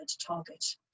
target